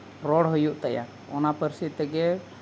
ᱨᱚᱲ ᱦᱩᱭᱩᱜ ᱛᱟᱭᱟ ᱚᱱᱟ ᱯᱟᱹᱨᱥᱤ ᱛᱮᱜᱮ